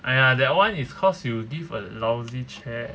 !aiya! that one is cause you give a lousy chair